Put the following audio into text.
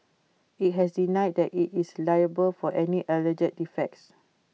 IT has denied that IT is liable for any alleged defects